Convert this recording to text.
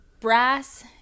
brass